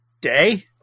day